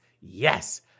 Yes